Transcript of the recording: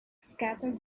scattered